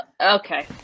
Okay